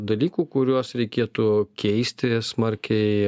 dalykų kuriuos reikėtų keisti smarkiai